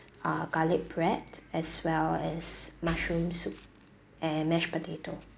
uh garlic bread as well as mushroom soup and mashed potato